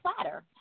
platter